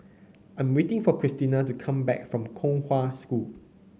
I'm waiting for Christina to come back from Kong Hwa School